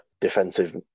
defensive